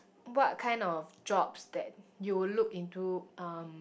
what kind of jobs that you would look into um